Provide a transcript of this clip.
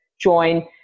join